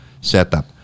setup